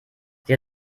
sie